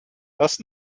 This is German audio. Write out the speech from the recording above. das